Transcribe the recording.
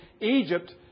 Egypt